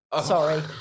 Sorry